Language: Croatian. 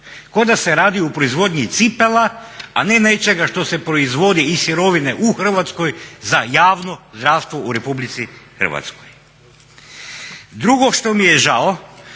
da se radi o proizvodnji cipela, a ne nečega što se proizvodi iz sirovine u Hrvatskoj za javno zdravstvo u Republici Hrvatskoj. Drugo što mi je žao